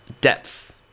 depth